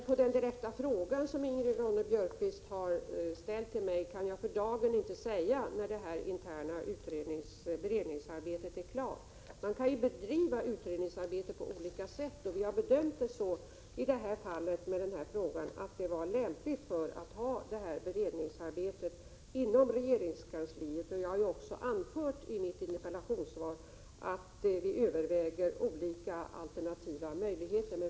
På den direkta fråga som Ingrid Ronne-Björkqvist har ställt till mig kan jag för dagen inte svara — när det interna beredningsarbetet är klart. Man kan ju bedriva utredningsarbete på olika sätt. Vi har bedömt den här frågan så att det var lämpligt att genomföra ett beredningsarbete inom regeringskansliet, och jag har också anfört i mitt interpellationssvar att vi överväger olika alternativa möjligheter.